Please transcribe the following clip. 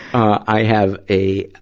i have a,